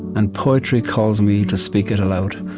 and poetry calls me to speak it aloud.